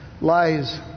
lies